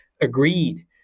agreed